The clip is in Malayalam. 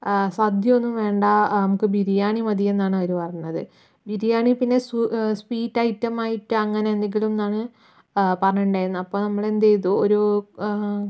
സദ്യയൊന്നും വേണ്ട നമ്മുക്ക് ബിരിയാണി മതി എന്നാണ് അവർ പറഞ്ഞത് ബിരിയാണി പിന്നെ സ്വീറ്റ് ഐറ്റം ആയിട്ട് അങ്ങനെ എന്തെങ്കിലും ആണ് പറഞ്ഞിട്ടുണ്ടായിരുന്നത് അപ്പോൾ നമ്മൾ എന്ത് ചെയ്തു ഒരു